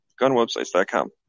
Gunwebsites.com